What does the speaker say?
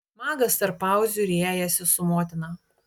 magas tarp pauzių riejasi su motina